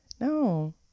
No